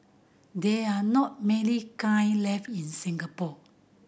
there are not many kiln left in Singapore